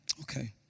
okay